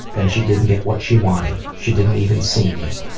then she didn't get what she wanted. she didn't even see me.